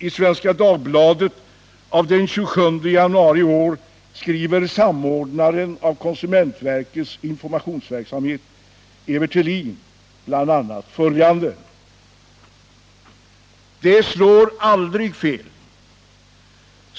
I Svenska Dagbladet av den 27 januari i år skriver samordnaren av konsumentverkets informationsverksamhet, Evert Helin, bl.a. följande: ”Det slår aldrig fel!